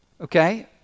Okay